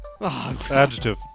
Adjective